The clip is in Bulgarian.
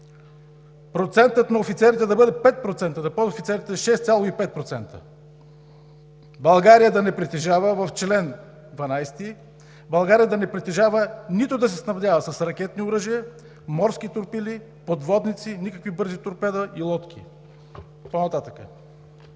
процентът на офицерите да бъде 5%, за подофицерите – 6,5%.“ В чл. 12: „България да не притежава, нито да се снабдява с ракетни оръжия, морски торпили, подводници, никакви бързи торпеда и лодки.“ По-нататък…